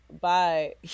bye